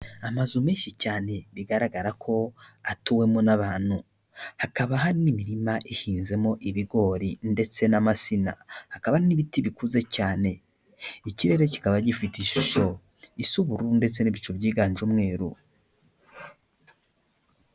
Amazu menshi cyane bigaragara ko atuwemo n'abantu, hakaba hari n'imirima ihinzemo ibigori ndetse n'amasina, hakaba hari n'ibiti bikuze cyane, ikirere kikaba gifite ishusho isa ubururu ndetse n'ibicu byiganje umweru.